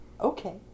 Okay